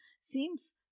seems